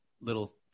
little